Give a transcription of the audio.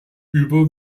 über